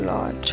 Lord